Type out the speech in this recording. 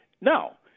No